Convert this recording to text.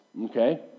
Okay